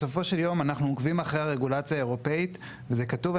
בסופו של יום אחנו עוקבים אחרי הרגולציה האירופאית וזה כתוב,